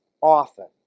often